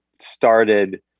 started